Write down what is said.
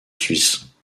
suisse